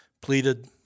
pleaded